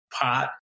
pot